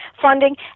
funding